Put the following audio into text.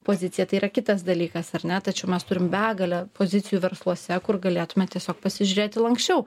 pozicija tai yra kitas dalykas ar ne tačiau mes turim begalę pozicijų versluose kur galėtume tiesiog pasižiūrėti lanksčiau